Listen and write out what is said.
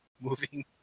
moving